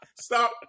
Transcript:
stop